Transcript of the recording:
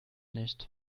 nicht